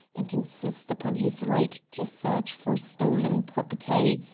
and insist upon his right to search for stolen property.